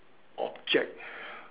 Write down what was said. object